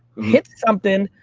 hit something,